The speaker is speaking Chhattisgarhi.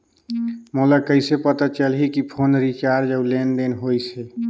मोला कइसे पता चलही की फोन रिचार्ज और लेनदेन होइस हे?